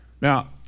Now